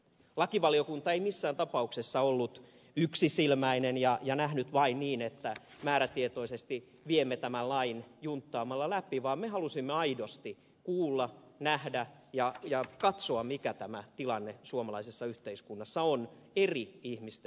lakivaliokunta ei missään tapauksessa ollut yksisilmäinen ja nähnyt vain niin että määrätietoisesti viemme tämän lain junttaamalla läpi vaan me halusimme aidosti kuulla nähdä ja katsoa mikä tämä tilanne suomalaisessa yhteiskunnassa on eri ihmisten näkökulmasta